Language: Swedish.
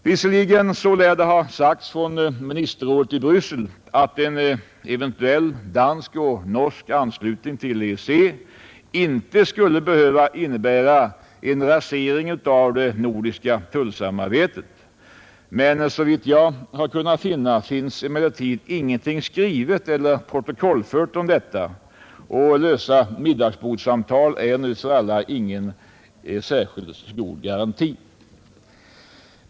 Visserligen lär det ha sagts från ministerrådet i Bryssel att en eventuell dansk och norsk anslutning till EEC inte skulle behöva innebära en rasering av det nordiska tullsamarbetet. Såvitt jag har kunnat finna, är emellertid ingenting skrivet eller protokollfört om detta. Lösa middagsbordssamtal är ingen garanti.